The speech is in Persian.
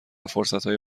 فرصتهای